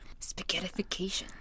Spaghettification